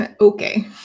okay